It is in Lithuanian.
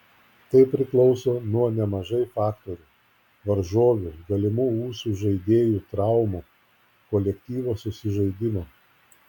tai priklauso nuo nemažai faktorių varžovių galimų ūsų žaidėjų traumų kolektyvo susižaidimo